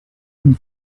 une